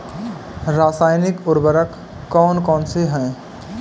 रासायनिक उर्वरक कौन कौनसे हैं?